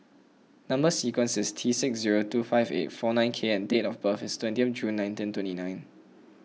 Number Sequence is T six zero two five eight four nine K and date of birth is twenty June nineteen twenty nine